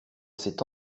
cet